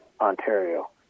Ontario